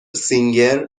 سینگر